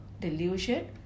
delusion